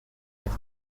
with